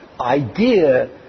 idea